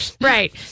right